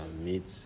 meet